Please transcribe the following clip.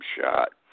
shot